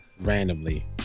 randomly